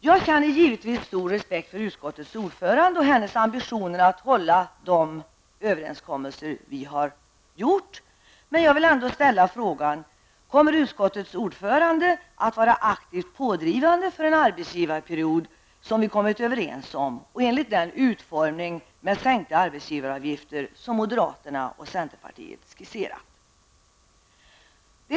Jag känner givetvis stor respekt för utskottets ordförande och hennes ambitioner att hålla de överenskommelser som har träffats, men jag vill ändå ställa frågan: Kommer utskottets ordförande att vara aktivt pådrivande för att den arbetsgivarperiod som vi har kommit överens om enligt den utformning med sänkta arbetsgivaravgifter som moderaterna och centerpartiet skisserat skall kunna genomföras?